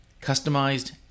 customized